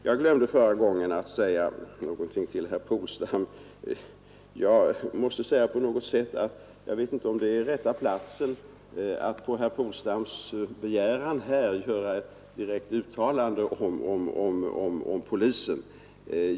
Jag glömde förra gången att säga något till herr Polstam, men jag vet inte riktigt om detta är rätta platsen att gå herr Polstams begäran till mötes och göra ett direkt uttalande om polisen.